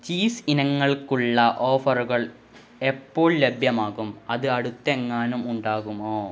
cheese ഇനങ്ങൾക്കുള്ള ഓഫറുകൾ എപ്പോൾ ലഭ്യമാകും അത് അടുത്തെങ്ങാനും ഉണ്ടാകുമോ